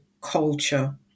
culture